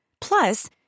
Plus